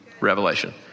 revelation